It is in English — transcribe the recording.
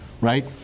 right